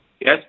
yes